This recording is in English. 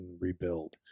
rebuild